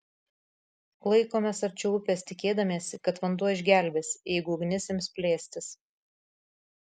laikomės arčiau upės tikėdamiesi kad vanduo išgelbės jeigu ugnis ims plėstis